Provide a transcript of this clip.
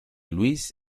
luis